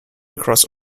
across